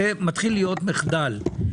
זה מתחיל להיות מחדל.